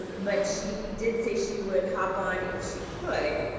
and but she did say she would hop on if she could.